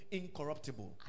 incorruptible